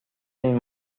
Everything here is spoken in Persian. این